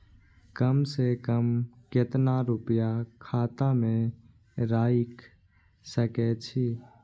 कम से कम केतना रूपया खाता में राइख सके छी?